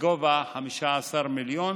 בגובה 15 מיליון.